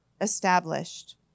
established